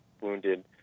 wounded